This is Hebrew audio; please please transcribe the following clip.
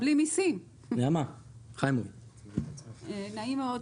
נעים מאוד,